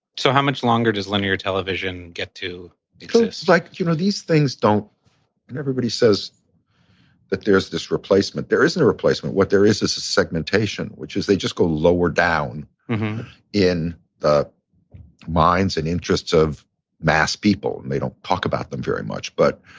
so how much longer does linear television get to exist? well, like, you know, these things don't and everybody says that there's this replacement. there isn't a replacement. what there is is a segmentation, which is they just go lower down in the minds and interests of mass people. and they don't talk about them very much. but